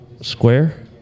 square